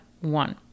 one